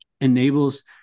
enables